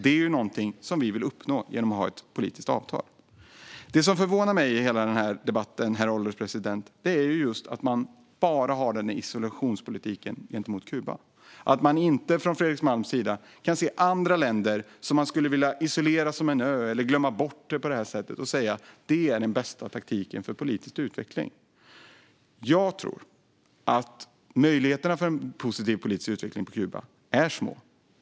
Det är ju någonting som vi vill uppnå genom att ha ett politiskt avtal. Det som förvånar mig i hela denna debatt, herr ålderspresident, är att man för isolationspolitiken bara gentemot Kuba och att man inte från Fredrik Malms sida kan se andra länder som man skulle vilja isolera som en ö eller glömma bort och säga att detta är den bästa taktiken för politisk utveckling. Jag tror att möjligheterna för en positiv politisk utveckling på Kuba är små.